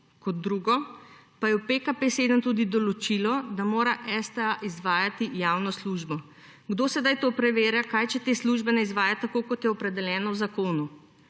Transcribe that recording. kot drugo, pa je v PKP7 tudi določilo, da mora STA izvajati javno službo. Kdo sedaj to preverja, če te službe ne izvaja tako, kot je opredeljeno v zakonu?